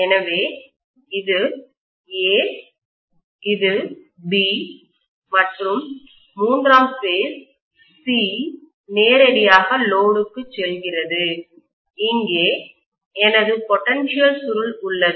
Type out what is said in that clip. எனவே இது A இது B மற்றும் மூன்றாம் பேஸ் C நேரடியாக லோடுக்குச் செல்கிறது இங்கே எனது பொட்டன்ஷியல் சுருள் உள்ளது